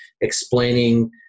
explaining